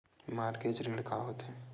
Mortgage ऋण का होथे?